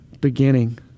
beginning